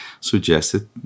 suggested